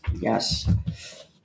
Yes